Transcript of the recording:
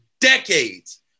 decades